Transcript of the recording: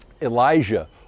Elijah